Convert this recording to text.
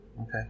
okay